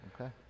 Okay